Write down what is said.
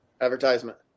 advertisement